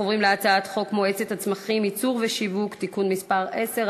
אנחנו עוברים להצעת חוק מועצת הצמחים (ייצור ושיווק) (תיקון מס' 10),